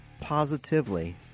positively